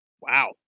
Wow